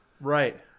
Right